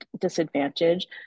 disadvantage